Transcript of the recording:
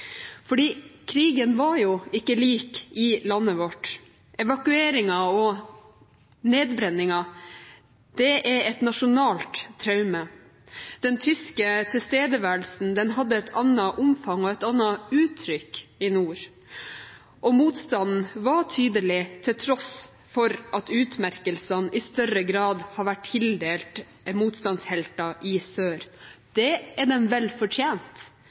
Krigen var jo ikke lik i landet vårt. Evakueringen og nedbrenningen er et nasjonalt traume. Den tyske tilstedeværelsen hadde et annet omfang og et annet uttrykk i nord, og motstanden var tydelig til tross for at utmerkelsene i større grad har vært tildelt motstandshelter i sør. Det har de vel fortjent,